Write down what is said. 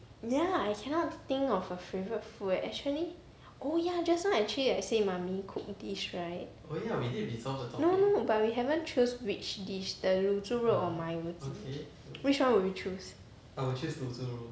ya I cannot think of a favourite food eh actually oh ya just now actually I say mummy cook dish right no no no but we haven't choose which dish the 卤猪肉 or 麻油鸡 which one will you choose